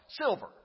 Silver